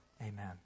Amen